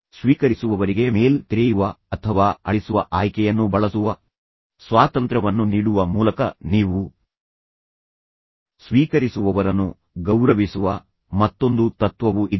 ಸ್ವೀಕರಿಸುವವರಿಗೆ ಮೇಲ್ ತೆರೆಯುವ ಅಥವಾ ಅಳಿಸುವ ಆಯ್ಕೆಯನ್ನು ಬಳಸುವ ಸ್ವಾತಂತ್ರ್ಯವನ್ನು ನೀಡುವ ಮೂಲಕ ನೀವು ಸ್ವೀಕರಿಸುವವರನ್ನು ಗೌರವಿಸುವ ಮತ್ತೊಂದು ತತ್ವವೂ ಇದೆ